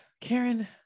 Karen